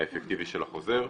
האפקטיבי של החוזר.